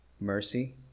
mercy